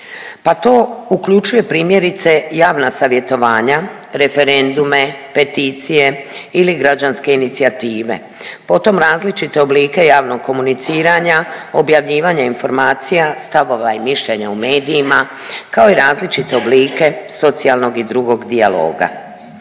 pa to uključuje primjerice javna savjetovanja, referendume, peticije ili građanske inicijative, potom različite oblike javnog komuniciranja, objavljivanje informacija, stavova i mišljenja u medijima kao i različite oblike socijalnog i drugog dijaloga.